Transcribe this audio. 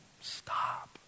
Stop